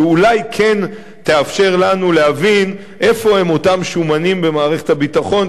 שאולי כן תאפשר לנו להבין איפה הם אותם שומנים במערכת הביטחון,